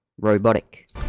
robotic